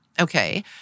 Okay